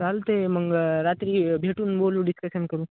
चालतं आहे मग रात्री भेटून बोलू डिस्कशन करू